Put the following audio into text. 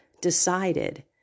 decided